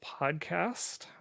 podcast